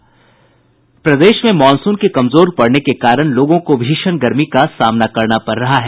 प्रदेश में मॉनसून के कमजोर पड़ने के कारण लोगों को भीषण गर्मी का सामना करना पड़ रहा है